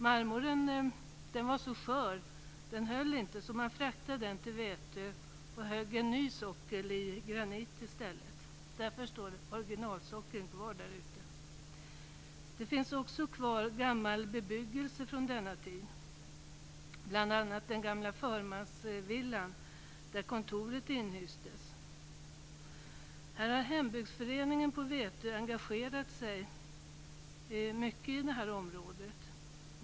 Marmorn var så skör att den inte höll, och därför fraktade man den till Vätö och högg i stället en ny sockel i granit, men originalsockeln står kvar där ute. Det finns också kvar bebyggelse från denna tid, bl.a. den gamla förmansvillan, där kontoret inhystes. Hembygdsföreningen på Vätö har engagerat sig mycket i det här området.